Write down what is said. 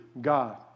God